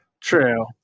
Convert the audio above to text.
True